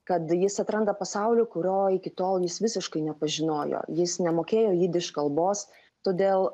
kad jis atranda pasaulį kurio iki tol jis visiškai nepažinojo jis nemokėjo jidiš kalbos todėl